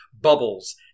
bubbles